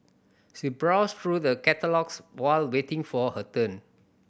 she browsed through the catalogues while waiting for her turn